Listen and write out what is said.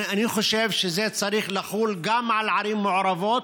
אני חושב שזה צריך לחול גם על ערים מעורבות,